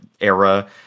era